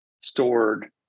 stored